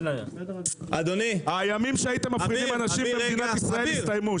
אדוני --- הימים שהייתם מפחידים אנשים במדינת ישראל הסתיימו,